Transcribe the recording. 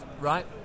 Right